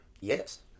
Yes